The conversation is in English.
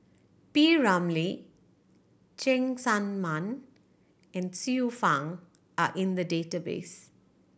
P Ramlee Cheng Tsang Man and Xiu Fang are in the database